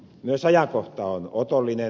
myös ajankohta on otollinen